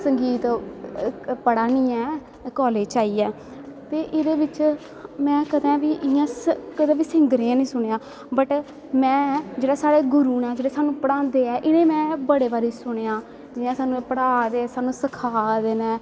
संगीत पढ़ा नी ऐं कालेज़ च आईयै ते एह्दे बिच्च में कदैं बी इयां कदैं बी सिंगरें गी नी सुनेआ बट में जेह्ड़े साढ़े गुरु नै जेह्ड़े साह्नू पढ़ांदे ऐ इनेंगी में बड़े बारी सुनेंआ जियां साह्नू एह् पढ़ा दे नै सखा दे नै